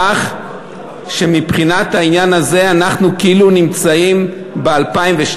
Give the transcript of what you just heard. כך שמבחינת העניין הזה אנחנו כאילו נמצאים ב-2012,